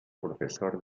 profesor